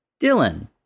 Dylan